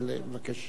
אבל אני מבקש.